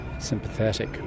sympathetic